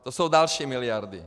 To jsou další miliardy.